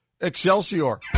Excelsior